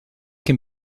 can